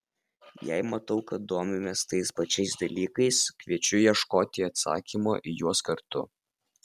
jei matau kad domimės tais pačiais dalykais kviečiu ieškoti atsakymo į juos kartu